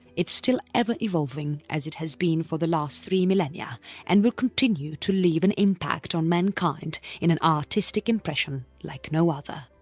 still ever evolving as it has been for the last three millennia and will continue to leave an impact on mankind in an artistic impression like no other.